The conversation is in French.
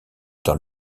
dans